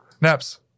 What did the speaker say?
naps